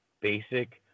basic